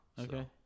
Okay